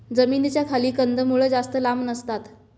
जमिनीच्या खाली कंदमुळं जास्त लांब नसतात